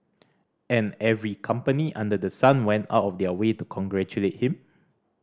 and every company under the sun went out of their way to congratulate him